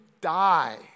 die